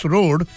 Road